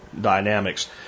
dynamics